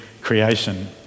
creation